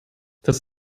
das